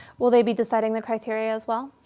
will they be deciding the criteria as well?